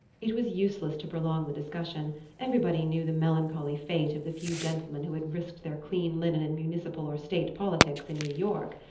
it was useless to prolong the discussion everybody knew the melancholy fate of the few gentlemen who had risked their clean linen in municipal or state politics in new york.